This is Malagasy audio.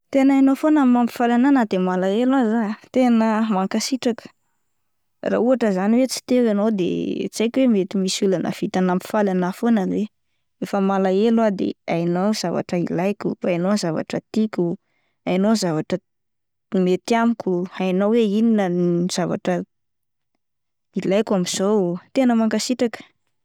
Tena hainao foana ny mampifaly anah na de malahelo aza ah, tena mankasitraka raha ohatra zany hoe tsy teo ianao de tsy haiko hoe mety misy olona nahavita nampifaly anaha foana ve? Rehefa malahelo ah de hainao ny zavatra ilaiko, hainao ny zavatra tiako oh, hainao ny zavatra m-mety amiko oh, hainao hoe inona ny zavatra ilaiko amin'izao oh, tena mankasitraka.